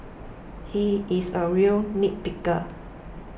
he is a real nitpicker